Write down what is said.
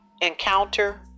encounter